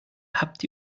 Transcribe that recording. habt